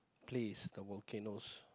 place the volcanoes